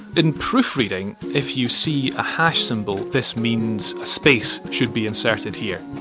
in proofreading, if you see a hash symbol, this means a space should be inserted here.